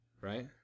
right